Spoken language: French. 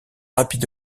rapide